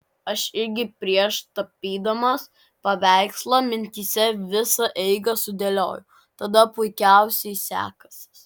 aš irgi prieš tapydamas paveikslą mintyse visą eigą sudėlioju tada puikiausiai sekasi